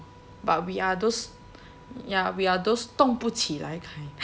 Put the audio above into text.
but we are those ya we are those 动不起来 kind